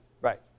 Right